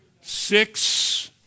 Six